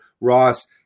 Ross